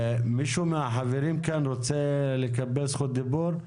מישהו מהחברים כאן רוצה לקבל זכות דיבור?